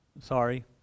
sorry